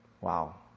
Wow